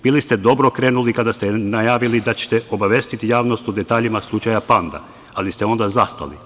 Bili ste dobro krenuli kada ste najavili da ćete obavestiti javnost o detaljima slučaja „Panda“, ali ste onda zastali.